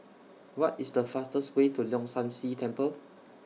What IS The fastest Way to Leong San See Temple